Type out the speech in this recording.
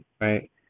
right